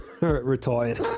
Retired